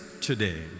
today